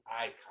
icon